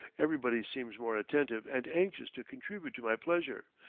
everybody seems more attentive and anxious to contribute to my pleasure,